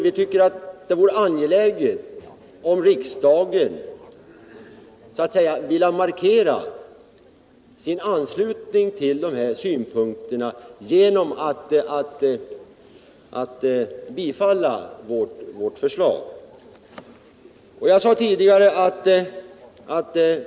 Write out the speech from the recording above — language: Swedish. Vi tycker att det vore angeläget att riksdagen så att säga markerade sin anslutning till dessa synpunkter genom att bifalla vårt förslag.